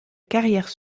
carrière